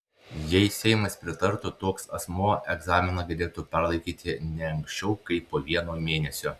jei seimas pritartų toks asmuo egzaminą galėtų perlaikyti ne anksčiau kaip po vieno mėnesio